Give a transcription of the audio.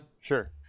Sure